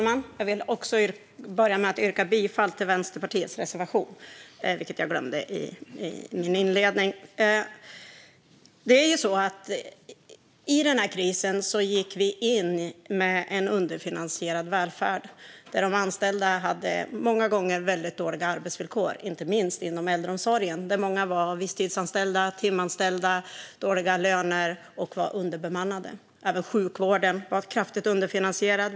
Fru talman! Jag börjar med att yrka bifall till Vänsterpartiets reservation, vilket jag glömde i mitt huvudanförande. Vi gick in i krisen med en underfinansierad välfärd där de anställda många gånger hade väldigt dåliga arbetsvillkor, inte minst inom äldreomsorgen. Många var visstidsanställda och timanställda, de hade dåliga löner och verksamheterna var underbemannade. Även sjukvården var kraftigt underfinansierad.